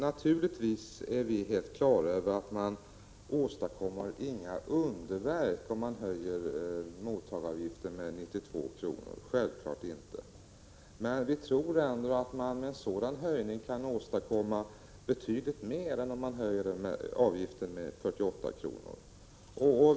Naturligtvis är vi helt på det klara med att man inte åstadkommer några underverk om man höjer mottagaravgiften med 92 kr., självklart inte. Men vi tror ändå att man med en sådan ändring kan åstadkomma betydligt mer än om man höjer avgiften med 48 kr.